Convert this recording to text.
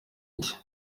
iki